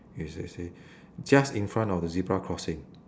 as I said just in front of the zebra crossing